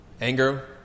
Anger